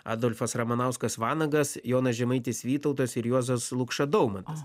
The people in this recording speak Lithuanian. adolfas ramanauskas vanagas jonas žemaitis vytautas ir juozas lukša daumantas